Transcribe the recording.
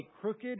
crooked